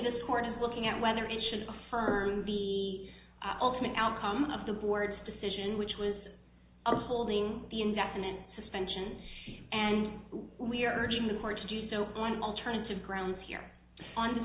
this court is looking at whether it should affirm the ultimate outcome of the board's decision which was upholding the indefinite suspension and we're urging the court to do so on alternative grounds here